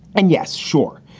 and yes, sure,